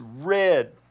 red